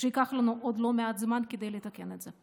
שייקח לנו עוד לא מעט זמן כדי לתקן את זה.